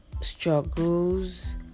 struggles